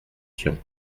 tian